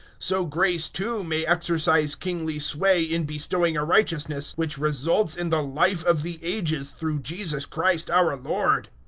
so grace, too, may exercise kingly sway in bestowing a righteousness which results in the life of the ages through jesus christ our lord.